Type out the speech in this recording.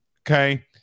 Okay